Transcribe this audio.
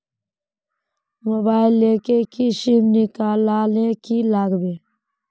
Mobile लेर किसम निकलाले की लागबे?